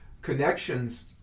Connections